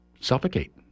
suffocate